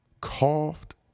coughed